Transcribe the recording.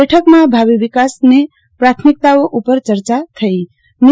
બેઠકમાં ભાવિ વિકાસ પ્રાથમિકતાઓ ઉપર પણ ચર્ચા થઇે